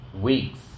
weeks